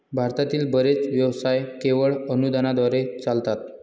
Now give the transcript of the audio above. भारतातील बरेच व्यवसाय केवळ अनुदानाद्वारे चालतात